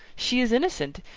she is innocent,